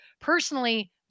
personally